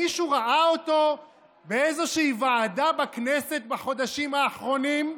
מישהו ראה אותו באיזושהי ועדה בכנסת בחודשים האחרונים,